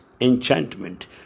enchantment